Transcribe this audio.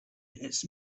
its